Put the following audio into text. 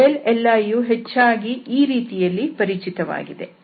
liಯು ಹೆಚ್ಚಾಗಿ ಈ ರೀತಿಯಾಗಿ ಪರಿಚಿತವಾಗಿದೆ